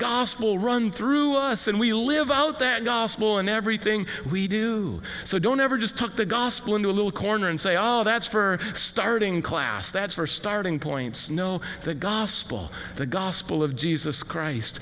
gospel run through us and we live out that gospel in everything we do so don't ever just talk the gospel into a little corner and say oh that's for starting class that's for starting points know the gospel the gospel of jesus christ